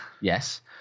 Yes